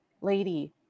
lady